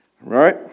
Right